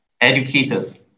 educators